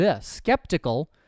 skeptical